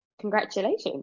Congratulations